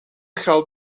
geld